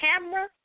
camera